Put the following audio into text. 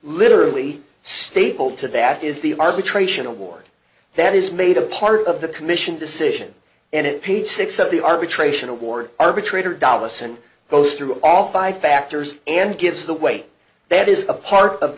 literally stapled to that is the arbitration award that is made a part of the commission decision and it page six of the arbitration award arbitrator dollars and go through all five factors and gives the way that is a part of